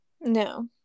No